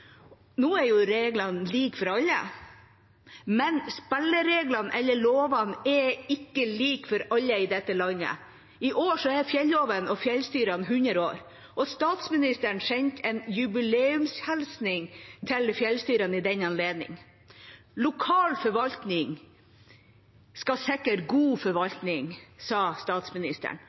Nå er jo reglene like for alle. Men spillereglene eller lovene er ikke like for alle i dette landet. I år er fjelloven og fjellstyrene 100 år, og statsministeren sendte en jubileumshilsning til fjellstyrene i den anledning. Lokal forvaltning skal sikre god forvaltning, sa statsministeren.